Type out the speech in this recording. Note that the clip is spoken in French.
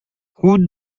route